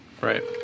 Right